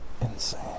insane